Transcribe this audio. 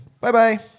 Bye-bye